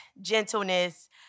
gentleness